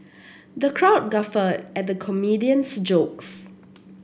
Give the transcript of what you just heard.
the crowd guffawed at the comedian's jokes